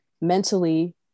mentally